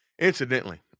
Incidentally